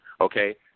Okay